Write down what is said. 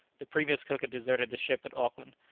the previous cook had deserted the ship at auckland,